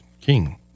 King